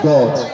God